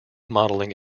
modeling